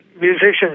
musicians